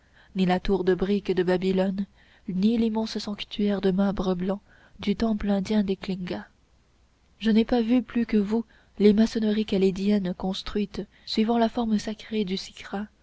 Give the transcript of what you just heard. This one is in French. ni la tour de briques de babylone ni l'immense sanctuaire de marbre blanc du temple indien d'eklinga je n'ai pas vu plus que vous les maçonneries chaldéennes construites suivant la forme sacrée du sikra